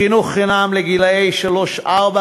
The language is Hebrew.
חינוך חינם לגילאי שלוש ארבע